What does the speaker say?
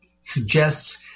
suggests